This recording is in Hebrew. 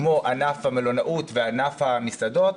כמו ענף המלונאות וענף המסעדות,